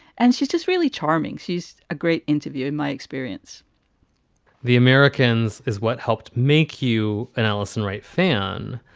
and she's just really charming. she's a great interview in my experience the americans is what helped make you and alison right fan.